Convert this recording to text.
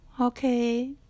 okay